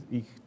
ich